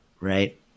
right